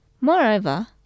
Moreover